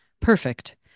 Perfect